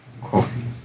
coffee